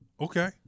Okay